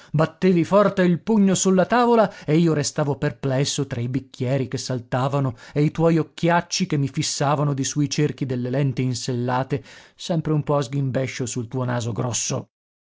battevi forte il pugno sulla tavola e io restavo perplesso tra i bicchieri che saltavano e i tuoi occhiacci che mi fissavano di sui cerchi delle lenti insellate sempre un po a sghimbescio sul tuo naso grosso